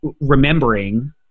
remembering